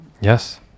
Yes